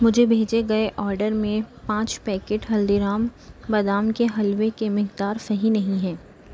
مجھے بھیجے گئے آرڈر میں پانچ پیکٹ ہلدی رام بادام کے حلوے کے مقدار صحیح نہیں ہے